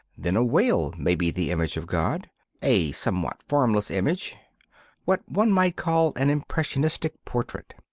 then a whale may be the image of god a somewhat formless image what one might call an impressionist portrait.